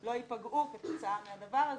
לא יפגעו כתוצאה מהדבר הזה.